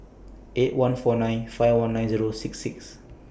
eight one four nine five one nine Zero six six